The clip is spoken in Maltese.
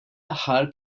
aħħar